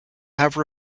have